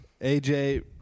AJ